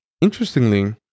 Interestingly